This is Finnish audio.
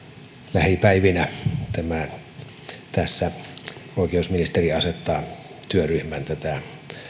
lähipäivinä oikeusministeri asettaa työryhmän tätä